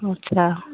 ଆଚ୍ଛା